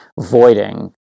voiding